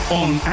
on